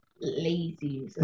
lazy